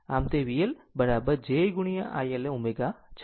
આમ તે VL j into I L ω છે